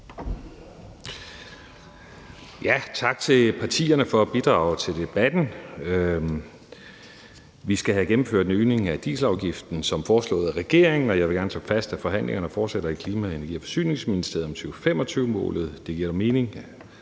Tak til partierne for at bidrage til debatten. Vi skal have gennemført en øgning af dieselafgiften som foreslået af regeringen, og jeg vil gerne slå fast, at forhandlingerne fortsætter i Klima-, Energi- og Forsyningsministeriet om 2025-målet. Det giver dog mening,